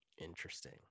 Interesting